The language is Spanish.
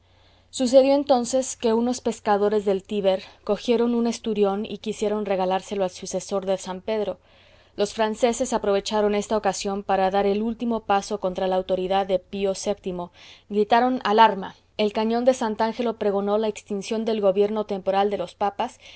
sucedió entonces que unos pescadores del tiber cogieron un esturión y quisieron regalárselo al sucesor de san pedro los franceses aprovecharon esta ocasión para dar el último paso contra la autoridad de pío vii gritaron al arma el cañón de sant angelo pregonó la extinción del gobierno temporal de los papas